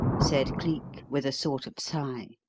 said cleek with a sort of sigh.